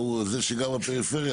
ההוא שגר בפריפריה,